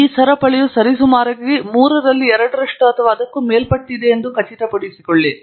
ಈ ಸರಪಳಿಯು ಸರಿಸುಮಾರಾಗಿ ಮೂರರಲ್ಲಿ ಎರಡರಷ್ಟು ಅಥವಾ ಅದಕ್ಕೂ ಮೇಲ್ಪಟ್ಟಿದೆ ಎಂದು ಖಚಿತಪಡಿಸಿಕೊಳ್ಳಿ